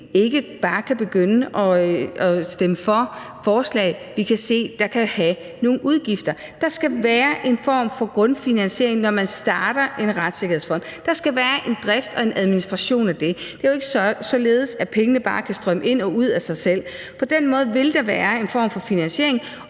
ikke bare kan begynde at stemme for forslag, vi kan se kan have nogle udgifter. Der skal være en form for grundfinansiering, når man starter en retssikkerhedsfond. Der skal være en drift og en administration af det. Det er jo ikke således, at pengene bare kan strømme ind og ud af sig selv. På den måde vil der være en form for finansiering,